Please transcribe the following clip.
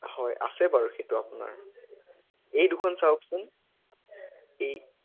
হয় আছে বাৰু সেইটো আপোনাৰ এই দুখন চাওকচোন এই